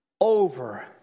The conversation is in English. over